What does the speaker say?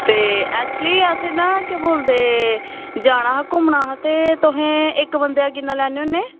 actually अस ना केह् बोलदे जाना ते औना हा ते तुस इक्क बंदे दा किन्ना लैने